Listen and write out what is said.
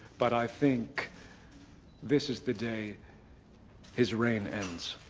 but i think this is the day his reign ends.